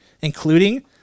including